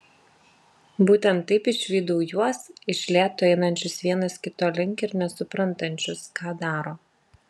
būtent taip išvydau juos iš lėto einančius vienas kito link ir nesuprantančius ką daro